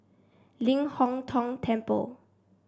Ling Hong Tong Temple